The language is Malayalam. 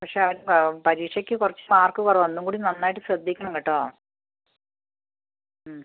പക്ഷേ അവൻ പരീക്ഷ്യ്ക് കുറച്ച് മാർക്ക് കുറവാണ് ഒന്നും കൂടി നന്നായിട്ട് ശ്രദ്ധിക്കണം കേട്ടോ